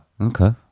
Okay